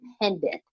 dependent